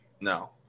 No